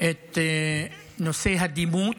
את נושא הדימות,